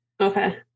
okay